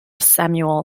samuel